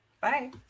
Bye